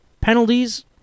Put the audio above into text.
Penalties